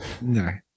No